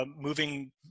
moving